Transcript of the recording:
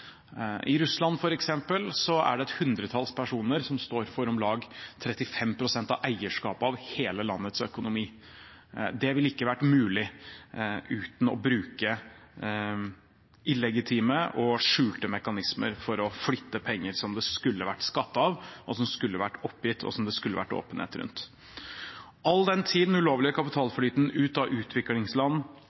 I Russland f.eks. er det et hundretalls personer som står for om lag 35 pst. av eierskapet til hele landets økonomi. Det ville ikke vært mulig uten å bruke illegitime og skjulte mekanismer for å flytte penger som det skulle vært skattet av, og som skulle vært oppgitt, og som det skulle vært åpenhet rundt. All den tid den ulovlige kapitalflyten ut av utviklingsland